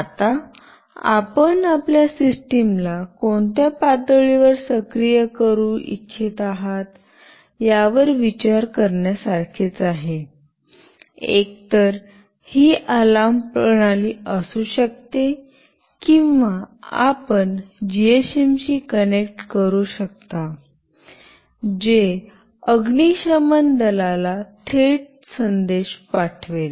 आता आपण आपल्या सिस्टमला कोणत्या पातळीवर सक्रिय करू इच्छित आहात यावर विचार करण्यासारखेच आहे एकतर ही अलार्म प्रणाली असू शकते किंवा आपण जीएसएम शी कनेक्ट करू शकता जे अग्निशमन दलाला थेट संदेश पाठवेल